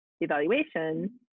evaluation